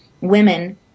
women